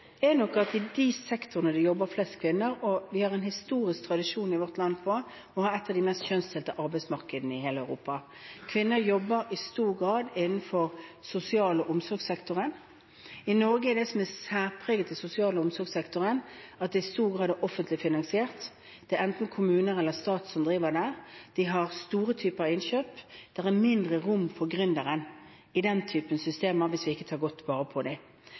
er nok at vi har en historisk tradisjon i vårt land for å ha et av de mest kjønnsdelte arbeidsmarkedene i hele Europa, og at kvinner i stor grad jobber innenfor sosial- og omsorgssektoren. I Norge er det som særpreger sosial- og omsorgssektoren, at den i stor grad er offentlig finansiert. Det er enten kommunen eller staten som driver den. De har store innkjøp, og det er mye mindre rom for gründeren i den typen systemer hvis vi ikke tar godt vare på